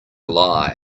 lie